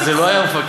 אז זה לא היה המפקח.